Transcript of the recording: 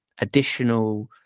additional